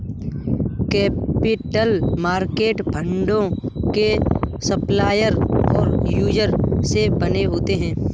capital market फंडों के supplier और यूजर से बने होते हैं